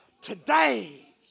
today